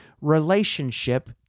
relationship